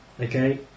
okay